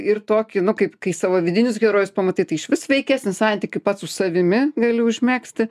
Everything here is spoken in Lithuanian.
ir tokį nu kaip kai savo vidinius herojus pamatai tai išvis sveikesnį santykį pats su savimi gali užmegzti